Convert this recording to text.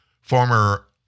former